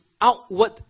outward